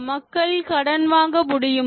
மக்கள் கடன் வாங்க முடியுமா